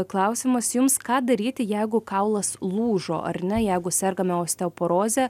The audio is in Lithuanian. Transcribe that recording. klausimas jums ką daryti jeigu kaulas lūžo ar ne jeigu sergame osteoporoze